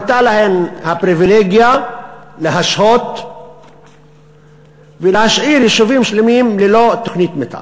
הייתה להן הפריבילגיה להשהות ולהשאיר יישובים שלמים ללא תוכנית מתאר.